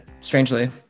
strangely